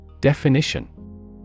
Definition